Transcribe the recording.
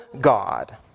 God